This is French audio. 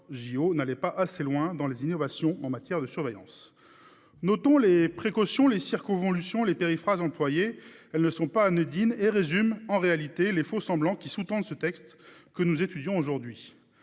n'allait pas assez loin dans les innovations en matière de surveillance. Notons les précautions, les circonlocutions et les périphrases : elles ne sont pas anodines et résument en réalité les faux-semblants qui sous-tendent le présent texte. En vérité,